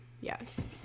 Yes